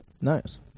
Nice